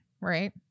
right